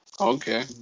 Okay